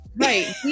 right